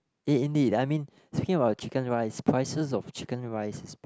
eh indeed I mean speaking about Chicken Rice prices of Chicken Rice is been